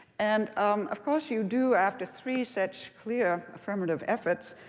and um of course, you do, after three such clear affirmative efforts,